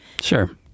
Sure